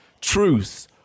truth